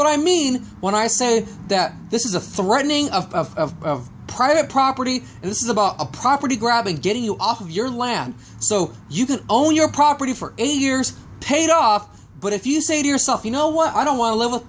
what i mean when i said that this is a threatening of private property and this is about a property grabbing getting you off of your land so you can own your property for eight years paid off but if you say to yourself you know what i don't want to live